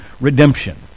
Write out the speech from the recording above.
redemption